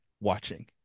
watching